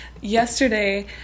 yesterday